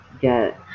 get